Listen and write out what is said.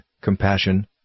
compassion